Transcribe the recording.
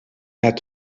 had